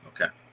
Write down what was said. okay